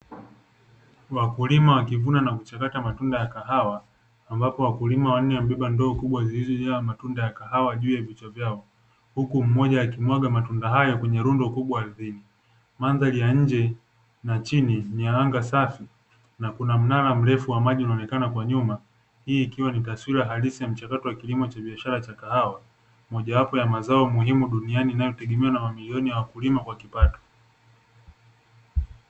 Wakulima wakivuna na kuchakata matunda ya kahawa ambapo wakulima wanne wamebeba ndoo kubwa zilizojaa matunda ya kahawa juu ya vichwa vyao huku mmoja akimwaga matunda hayo kwenye lundo kubwa ardhini. Mandhari ya nje na chini ni ya anga safi na kuna mnara mrefu wa maji unaonekana kwa nyuma hii ikiwa ni taswira halisi ya mchakato wa kilimo cha biashara cha kahawa mojawapo ya mazao muhimu duniani inayotegemea na mamilioni ya wakulima kwa kipato.